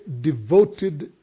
devoted